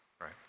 right